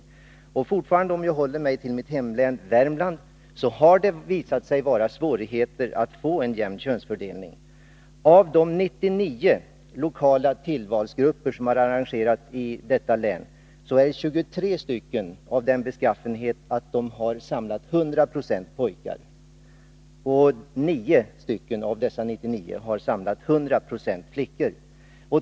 För att fortfarande hålla mig till mitt hemlän Värmland har det där visat sig vara svårt att få en jämn könsfördelning. Av de 99 lokala tillvalsgrupper som arrangerats i detta län är 23 av den beskaffenheten att de samlat 100 90 pojkar. 9 av dessa 99 tillvalsgrupper har samlat 100 4 flickor.